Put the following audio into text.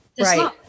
right